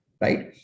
right